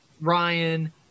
Ryan